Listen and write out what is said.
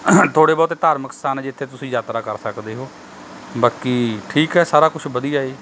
ਥੋੜ੍ਹੇ ਬਹੁਤ ਧਾਰਮਿਕ ਸਥਾਨ ਹੈ ਜਿੱਥੇ ਤੁਸੀਂ ਯਾਤਰਾ ਕਰ ਸਕਦੇ ਹੋ ਬਾਕੀ ਠੀਕ ਹੈ ਸਾਰਾ ਕੁਛ ਵਧੀਆ ਏ